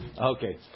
Okay